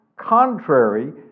contrary